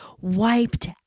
wiped